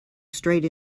straight